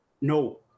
no